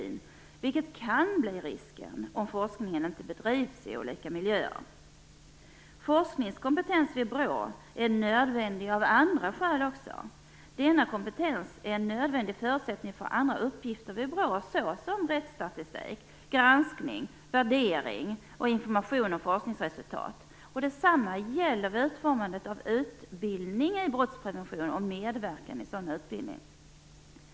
Den risken kan finnas om forskningen inte bedrivs i olika miljöer. Forskningskompetens vid BRÅ är nödvändig också av andra skäl. Denna kompetens är nämligen en nödvändig förutsättning för andra uppgifter vid BRÅ såsom rättsstatistik, granskning, värdering och information om forskningsresultat. Detsamma gäller vid utformandet av utbildning i brottsprevention och medverkan i sådan utbildning.